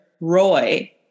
Roy